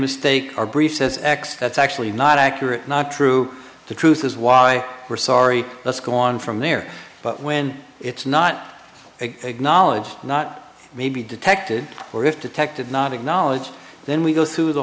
x that's actually not accurate not true the truth is why we're sorry let's go on from there but when it's not a knowledge not may be detected or if detected not acknowledge then we go through the